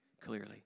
clearly